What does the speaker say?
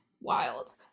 Wild